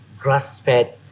grass-fed